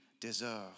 deserve